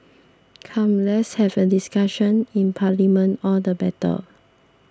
come let's have a discussion in parliament all the better